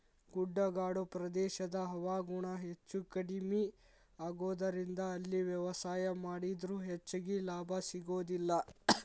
ಗುಡ್ಡಗಾಡು ಪ್ರದೇಶದ ಹವಾಗುಣ ಹೆಚ್ಚುಕಡಿಮಿ ಆಗೋದರಿಂದ ಅಲ್ಲಿ ವ್ಯವಸಾಯ ಮಾಡಿದ್ರು ಹೆಚ್ಚಗಿ ಲಾಭ ಸಿಗೋದಿಲ್ಲ